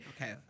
Okay